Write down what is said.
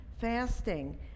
fasting